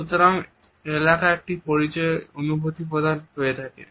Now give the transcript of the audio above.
সুতরাং এলাকা একটি পরিচয়ের অনুভূতি প্রদান করে থাকে